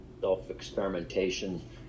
self-experimentation